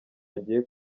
agiye